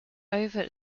ovate